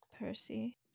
Percy